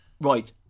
Right